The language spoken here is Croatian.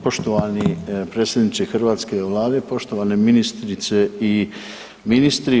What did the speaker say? Poštovani predsjedniče hrvatske Vlade, poštovane ministrice i ministri.